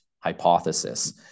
hypothesis